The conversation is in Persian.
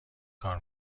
کار